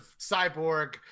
cyborg